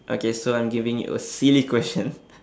okay so I'm giving you a silly question